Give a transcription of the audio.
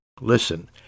Listen